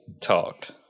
talked